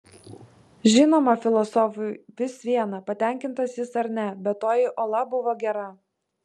žinoma filosofui vis viena patenkintas jis ar ne bet toji ola buvo gera